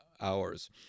hours